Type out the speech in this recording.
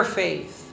faith